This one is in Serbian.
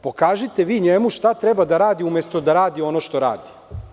Pokažite vi njemu šta treba da radi umesto da radi ono što radi.